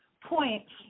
points